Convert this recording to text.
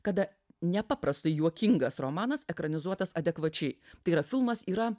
kada nepaprastai juokingas romanas ekranizuotas adekvačiai tai yra filmas yra